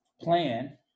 plan